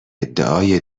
ادعای